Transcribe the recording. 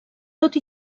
tot